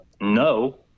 No